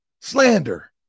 slander